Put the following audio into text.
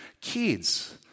Kids